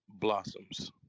blossoms